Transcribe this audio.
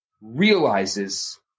realizes